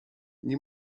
nie